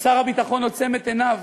ושר הביטחון עוצם את עיניו.